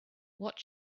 what